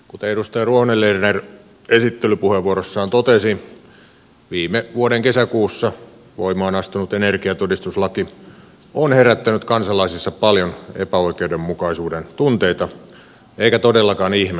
kuten edustaja ruohonen lerner esittelypuheenvuorossaan totesi viime vuoden kesäkuussa voimaan astunut energiatodistuslaki on herättänyt kansalaisissa paljon epäoikeudenmukaisuuden tunteita eikä todellakaan ihme